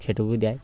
খেটেও দেয়